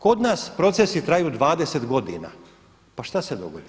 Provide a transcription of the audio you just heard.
Kod nas procesi traju 20 godina, pa šta se dogodi?